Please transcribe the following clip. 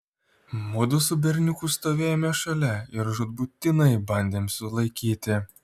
mudu su berniuku stovėjome šalia ir žūtbūtinai bandėm sulaikyti